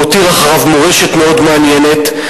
והותיר אחריו מורשת מאוד מעניינת,